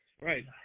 Right